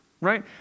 Right